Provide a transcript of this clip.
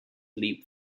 leap